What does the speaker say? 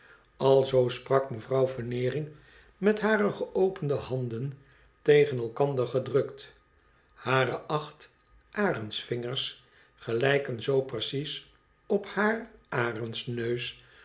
alzoo sprak mevrouw veneering met hare geopende handen tegen elkander gedrukt hare acht arendsvingers gelijken zoo precies op haar arendsneus